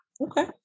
Okay